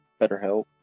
BetterHelp